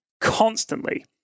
constantly